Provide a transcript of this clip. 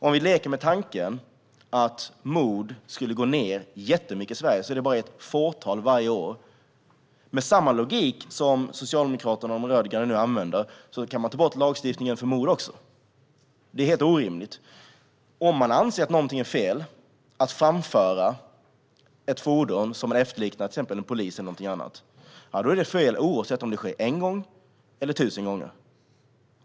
Om vi leker med tanken att antalet mord i Sverige skulle minska drastiskt - så att det bara skedde ett fåtal varje år - skulle man med samma logik som Socialdemokraterna och de rödgröna nu använder i så fall kunna ta bort lagstiftningen för mord. Detta är helt orimligt. Om man anser att någonting är fel, exempelvis att framföra ett fordon som efterliknar en polisbil, är det fel oavsett om det sker en gång eller 1 000 gånger.